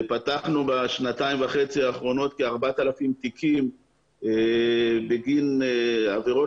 פתחנו בשנתיים וחצי האחרונות כ-4,000 תיקים בגין עבירות